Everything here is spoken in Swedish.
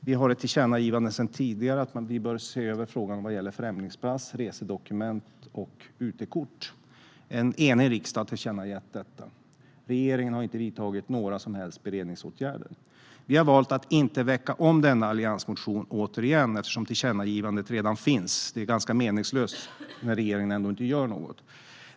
Vi har sedan tidigare ett tillkännagivande om att frågan om främlingspass, resedokument och UT-kort bör ses över. En enig riksdag har tillkännagett detta. Regeringen har inte vidtagit några som helst beredningsåtgärder. Vi har valt att inte väcka om denna alliansmotion, eftersom tillkännagivandet redan finns. Det är ganska meningslöst när regeringen ändå inte gör något.